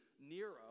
Nero